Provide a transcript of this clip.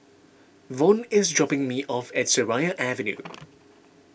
Von is dropping me off at Seraya Avenue